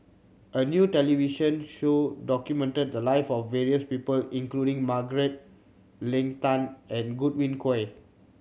a new television show documented the live of various people including Margaret Leng Tan and Godwin Koay